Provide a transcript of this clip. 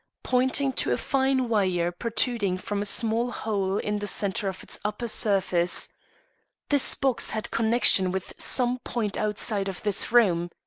pointing to a fine wire protruding from a small hole in the center of its upper surface this box had connection with some point outside of this room.